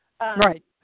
Right